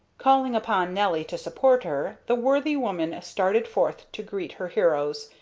calling upon nelly to support her, the worthy woman started forth to greet her heroes,